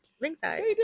Ringside